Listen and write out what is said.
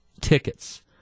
tickets